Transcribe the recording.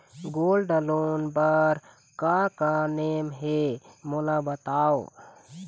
Gold loan बार का का नेम हे, मोला बताव?